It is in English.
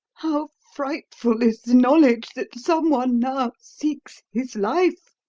how frightful is the knowledge that someone now seeks his life,